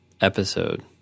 episode